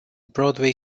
broadway